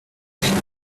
pointed